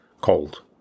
cold